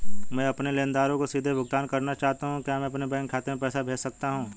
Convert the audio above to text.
मैं अपने लेनदारों को सीधे भुगतान करना चाहता हूँ क्या मैं अपने बैंक खाते में पैसा भेज सकता हूँ?